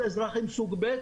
אזרחים סוג ב'.